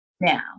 Now